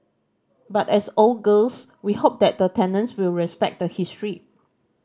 but as old girls we hope that the tenants will respect the history